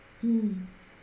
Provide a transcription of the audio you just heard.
mm